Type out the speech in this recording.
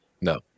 No